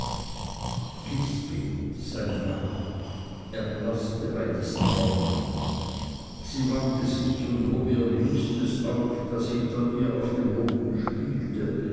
lisbeth sein weib erblaßte bei diesen worten sie wandte sich und hob ihr jüngstes auf das hinter ihr auf dem boden spielte